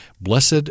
Blessed